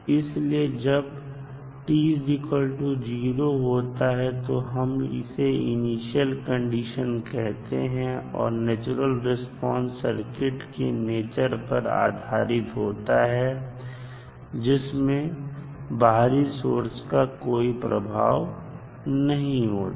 इसलिए जब t 0 होता है तो हम इसे इनिशियल कंडीशन कहते हैं और नेचुरल रिस्पांस सर्किट के नेचर पर आधारित होता है जिसमें बाहरी सोर्स का कोई प्रभाव नहीं होता